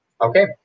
Okay